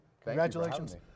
Congratulations